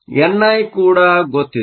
N I ಕೂಡ ಗೊತ್ತಿದೆ